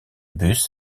bus